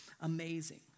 amazing